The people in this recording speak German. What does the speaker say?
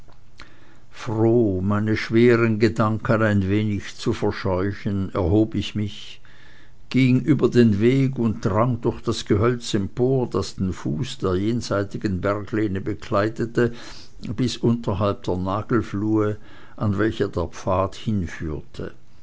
froh meine schweren gedanken ein wenig zu verscheuchen erhob ich mich ging über den weg und drang durch das gehölz empor das den fuß der jenseitigen berglehne bekleidete bis unterhalb der nagelfluhe an welcher der pfad hinführte